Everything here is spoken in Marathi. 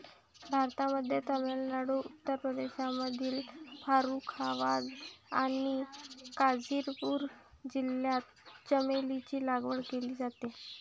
भारतामध्ये तामिळनाडू, उत्तर प्रदेशमधील फारुखाबाद आणि गाझीपूर जिल्ह्यात चमेलीची लागवड केली जाते